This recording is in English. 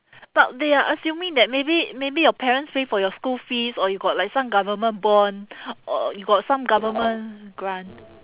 but they are assuming that maybe maybe your parents pay for your school fees or you got like some government bond or you got some government grant